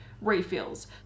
Refills